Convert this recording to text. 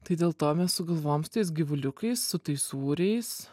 tai dėl to sugalvojom su tais gyvuliukais su tais sūriais